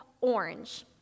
orange